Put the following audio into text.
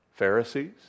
Pharisees